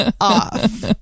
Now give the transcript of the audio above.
off